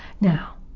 Now